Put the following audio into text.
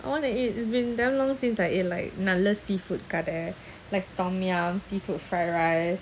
I want to eat it's been damn long since I eat like நல்ல:nalla seafood கடை:kada like tom yum seafood fried rice